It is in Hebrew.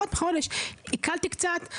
עיכלתי קצת,